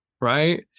Right